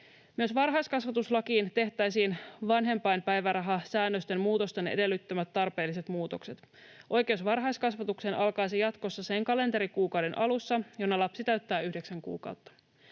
Myös varhaiskasvatuslakiin tehtäisiin vanhempainpäivärahasäännösten muutosten edellyttämät tarpeelliset muutokset. Oikeus varhaiskasvatukseen alkaisi jatkossa sen kalenterikuukauden alussa, jona lapsi täyttää yhdeksän kuukautta.